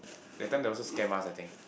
that time they also scam us I think